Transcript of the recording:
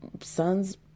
son's